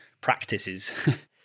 practices